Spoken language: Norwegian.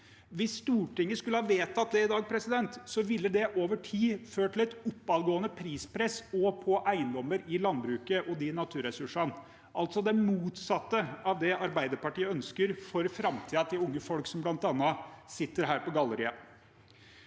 Hvis Stortinget skulle ha vedtatt det i dag, ville det over tid ha ført til et oppadgående prispress også på eiendommer i landbruket og de naturressursene – altså det motsatte av det Arbeiderpartiet ønsker for framtiden til unge folk, bl.a. de som sitter her på galleriet.